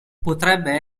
potrebbe